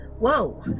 whoa